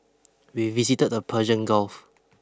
we visited the Persian Gulf